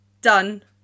done